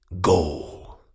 go